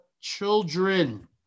children